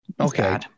Okay